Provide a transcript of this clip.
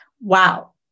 Wow